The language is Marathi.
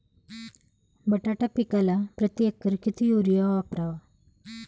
बटाटा पिकाला प्रती एकर किती युरिया वापरावा?